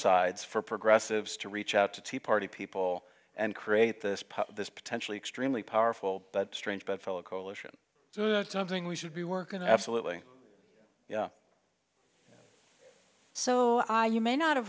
sides for progressives to reach out to tea party people and create this pub this potentially extremely powerful strange bedfellow coalition something we should be workin absolutely yeah so i you may not have